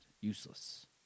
useless